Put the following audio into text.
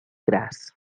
gras